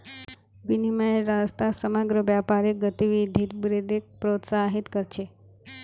विनिमयेर रास्ता समग्र व्यापारिक गतिविधित वृद्धिक प्रोत्साहित कर छे